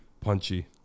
Punchy